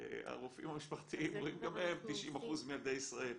הרופאים המשפחתיים רואים גם הם 90% מילדי ישראל,